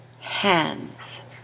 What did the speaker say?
hands